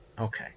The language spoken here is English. Okay